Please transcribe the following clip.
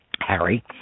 Harry